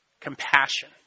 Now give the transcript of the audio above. compassion